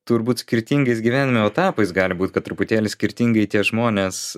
turbūt skirtingais gyvenimo etapais gali būt kad truputėlį skirtingai tie žmonės